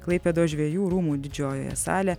klaipėdos žvejų rūmų didžiojoje salė